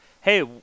hey